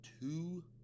two